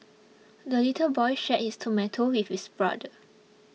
the little boy shared his tomato with his brother